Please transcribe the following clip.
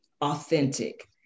authentic